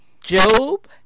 Job